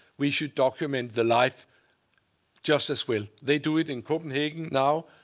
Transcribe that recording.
we should document the life just as well. they do it in copenhagen now,